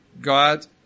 God